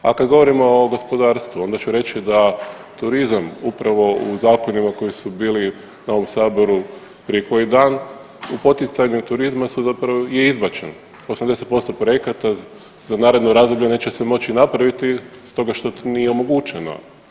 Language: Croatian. A kad govorimo o gospodarstvu onda ću reći da turizam upravo u zakonima koji su bili na ovom saboru prije koji dan u poticanju turizma su zapravo i izbačen, 80% projekata za naredno razdoblje neće se moći napraviti stoga što nije omogućeno.